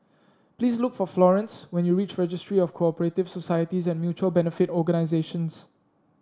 please look for Florance when you reach Registry of Co operative Societies and Mutual Benefit Organisations